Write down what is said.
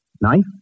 Knife